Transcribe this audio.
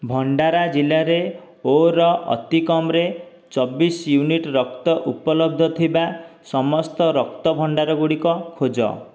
ଭଣ୍ଡାରା ଜିଲ୍ଲାରେ ଓ ର ଅତିକମ୍ରେ ଚବିଶ ୟୁନିଟ୍ ରକ୍ତ ଉପଲବ୍ଧ ଥିବା ସମସ୍ତ ରକ୍ତ ଭଣ୍ଡାରଗୁଡ଼ିକ ଖୋଜ